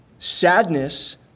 Sadness